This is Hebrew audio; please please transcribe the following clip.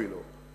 אפילו,